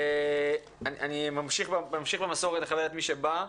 אני ממשיך במסורת לכבד את מי שבא.